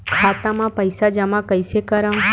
खाता म पईसा जमा कइसे करव?